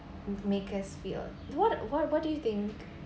make us fear what what what do you think